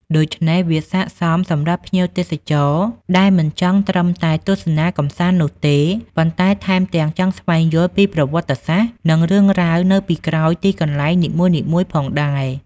ដូច្នេះ វាស័ក្តិសមសម្រាប់ភ្ញៀវទេសចរដែលចង់មិនត្រឹមតែទស្សនាកម្សាន្តនោះទេ ប៉ុន្តែថែមទាំងចង់ស្វែងយល់ពីប្រវត្តិ និងរឿងរ៉ាវនៅពីក្រោយទីកន្លែងនីមួយៗផងដែរ។